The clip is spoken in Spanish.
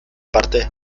parte